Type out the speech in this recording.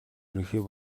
ерөнхий